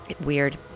weird